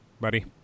buddy